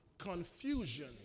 confusion